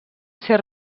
ser